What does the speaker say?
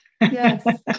Yes